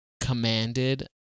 commanded